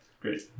Great